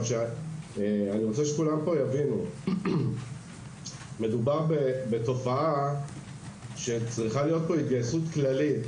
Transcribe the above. אני רוצה שכולם פה יבינו שמדובר בתופעה וצריכה להיות פה התגייסות כללית.